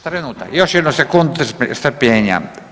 Trenutak, još jednu sekundu strpljenja.